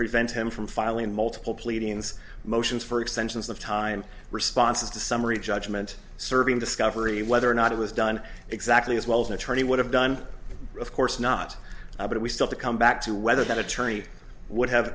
prevent him from filing multiple pleadings motions for extensions of time responses to summary judgment serving discovery whether or not it was done exactly as well as an attorney would have done of course not but we still to come back to whether that attorney would have